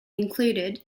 included